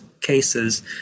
cases